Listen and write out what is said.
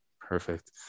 Perfect